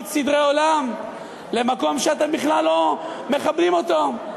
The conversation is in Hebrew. סדרי עולם במקום שאתם בכלל לא מכבדים אותו.